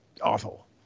awful